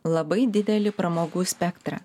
labai didelį pramogų spektrą